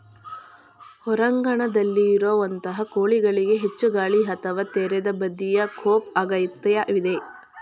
ಹೊರಾಂಗಣದಲ್ಲಿರುವಂತಹ ಕೋಳಿಗಳಿಗೆ ಹೆಚ್ಚು ಗಾಳಿ ಅಥವಾ ತೆರೆದ ಬದಿಯ ಕೋಪ್ ಅಗತ್ಯವಿದೆ